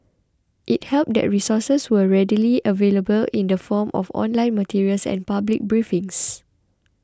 it helped that resources were readily available in the form of online materials and public briefings